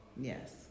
Yes